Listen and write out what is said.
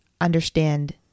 understand